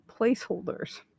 placeholders